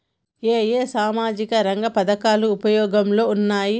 ఏ ఏ సామాజిక రంగ పథకాలు ఉపయోగంలో ఉన్నాయి?